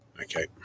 Okay